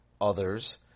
others